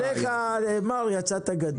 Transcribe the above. עליך נאמר "יצאת גדול".